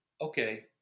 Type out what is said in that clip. okay